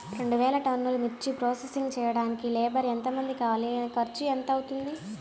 రెండు వేలు టన్నుల మిర్చి ప్రోసెసింగ్ చేయడానికి లేబర్ ఎంతమంది కావాలి, ఖర్చు ఎంత అవుతుంది?